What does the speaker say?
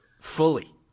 Fully